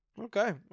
Okay